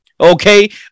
okay